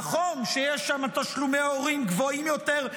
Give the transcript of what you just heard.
נכון שיש שם תשלומי הורים גבוהים יותר,